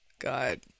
god